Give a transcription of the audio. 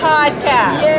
Podcast